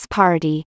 party